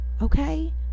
Okay